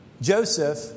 Joseph